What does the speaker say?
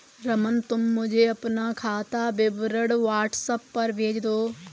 रमन, तुम मुझे अपना खाता विवरण व्हाट्सएप पर भेज दो